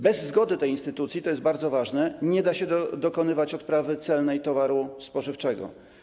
Bez zgody tej instytucji - to jest bardzo ważne - nie da się dokonywać odprawy celnej towaru spożywczego.